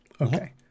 Okay